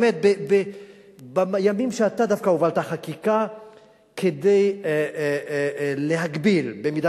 דווקא בימים שאתה הובלת חקיקה כדי להגביל במידה